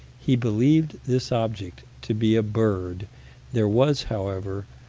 he believed this object to be a bird there was, however,